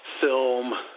film